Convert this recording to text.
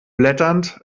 blätternd